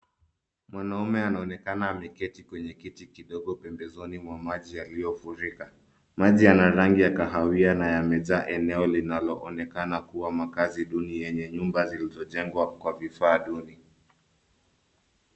Mwanaume anaonekana ameketi kwenye kiti kidogo pembezoni mwa maji yaliyofurika. Maji yana rangi ya kahawia na yamejaa eneo linaloonekana kuwa makaazi duni yenye nyumba zilizojengwa kwa vifaa duni.